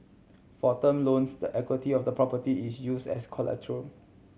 for term loans the equity of the property is use as collateral